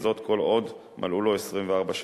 וזאת כל עוד טרם מלאו לו 24 שנים.